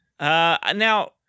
Now